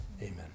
amen